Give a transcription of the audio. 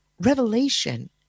revelation